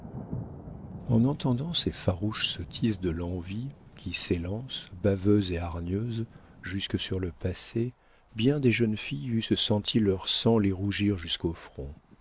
en entendant ces farouches sottises de l'envie qui s'élance baveuse et hargneuse jusque sur le passé bien des jeunes filles eussent senti leur sang les rougir jusqu'au front